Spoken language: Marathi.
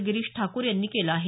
गिरीश ठाकूर यांनी केलं आहे